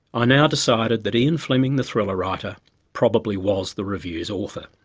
i now decided that ian fleming the thriller writer probably was the review's author.